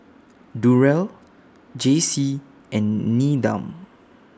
Durell Jaycee and Needham